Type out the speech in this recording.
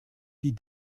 die